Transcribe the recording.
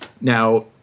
Now